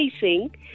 facing